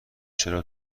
چرا